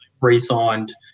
re-signed